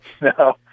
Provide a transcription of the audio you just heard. No